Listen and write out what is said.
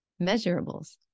Measurables